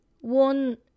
one